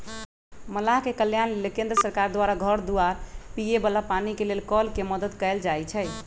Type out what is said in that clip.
मलाह के कल्याण लेल केंद्र सरकार द्वारा घर दुआर, पिए बला पानी के लेल कल के मदद कएल जाइ छइ